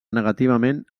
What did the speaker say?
negativament